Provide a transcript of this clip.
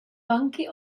banky